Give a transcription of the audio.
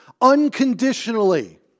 unconditionally